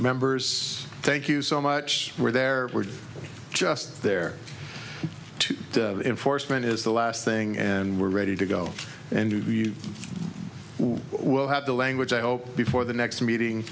members thank you so much were there were just there to enforcement is the last thing and we're ready to go and you will have the language i hope before the next meeting